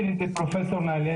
יש לנו עוד חברי הכנסת לא יספיקו.